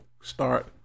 start